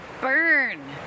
burn